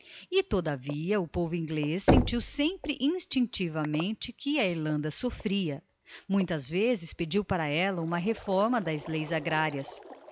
e todavia o povo inglez sentiu sempre instinctivamente que a irlanda soffria muitas vezes pediu para ella uma reforma das leis agrarias